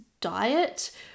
diet